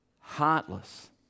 heartless